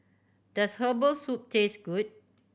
does herbal soup taste good